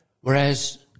whereas